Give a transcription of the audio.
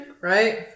right